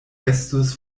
estus